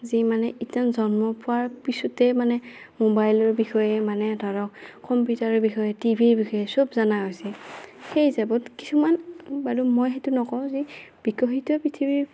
যি মানে ইতেন জন্ম পোৱাৰ পিছতে মানে ম'বাইলৰ বিষয়ে মানে ধৰক কম্পিউটাৰৰ বিষয়ে টিভিৰ বিষয়ে চব জানা হৈছি সেই হিচাপত কিছুমান বাৰু মই সেইটো নকওঁ যে বিকশিত পৃথিৱীৰ